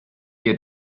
ihr